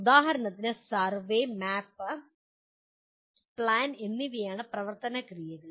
ഉദാഹരണത്തിന് survey map plan എന്നിവയാണ് പ്രവർത്തന ക്രിയകൾ